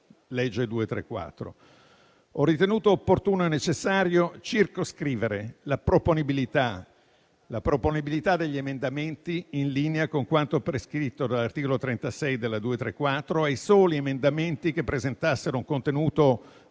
legge n. 234. Ho ritenuto opportuno e necessario circoscrivere la proponibilità degli emendamenti, in linea con quanto prescritto dall'articolo 36 della legge n. 234, ai soli emendamenti che presentassero un contenuto